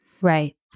right